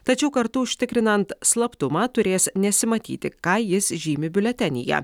tačiau kartu užtikrinant slaptumą turės nesimatyti ką jis žymi biuletenyje